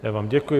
Já vám děkuji.